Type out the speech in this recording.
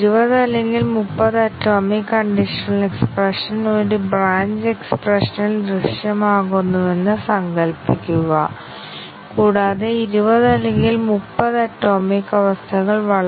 കൂടാതെ പ്രായോഗികമായി ആരും ശാശ്വതമായി ഇൻപുട്ട് മൂല്യങ്ങൾ നൽകുന്ന ബ്രാഞ്ച് കവറേജ് നേടുന്നതിന് ടെസ്റ്റ് കേസുകൾ രൂപകൽപ്പന ചെയ്യുന്നില്ല കൂടാതെ കൈവരിച്ച ബ്രാഞ്ച് കവറേജ് പരിശോധിക്കുന്ന ഒരു കവറേജ് ടൂൾ ഉണ്ട്